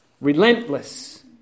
Relentless